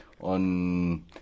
on